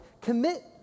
commit